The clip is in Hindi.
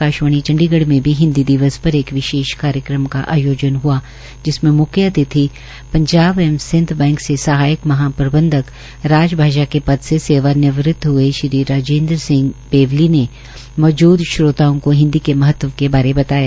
आकाशवाणी चंडीगढ़ में भी हिन्दी दिवस पर एक विशेष कार्यक्रम का आयोजन हआ जिसमे मुख्य अतिथि पंजाब एवं सिंध बैंक से सहायक महाप्रबंधक राजभाषा के भाषा के पद से सेवानिवृत हए श्री राजेन्द्र सिंह बेवली ने मौजूद श्रोताओं को हिन्दी के महत्व के बारे बताया